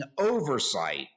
oversight